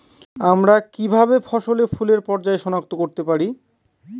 আমরা কিভাবে ফসলে ফুলের পর্যায় সনাক্ত করতে পারি?